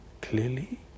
clearly